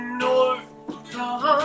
north